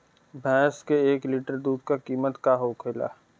भैंस के एक लीटर दूध का कीमत का होखेला?